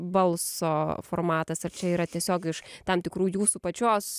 balso formatas ar čia yra tiesiog iš tam tikrų jūsų pačios